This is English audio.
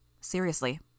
Seriously